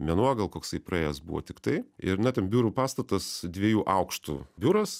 mėnuo gal koksai praėjęs buvo tiktai ir na ten biurų pastatas dviejų aukštų biuras